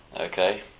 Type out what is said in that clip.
Okay